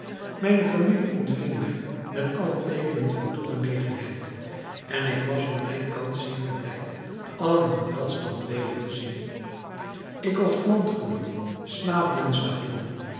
mijne familie ontving mij met alle teekenen van toegenegenheid en ik was van mijn kant zeer verblijd allen in welstand weder te zien ik kocht landgoederen slaven en slavinnen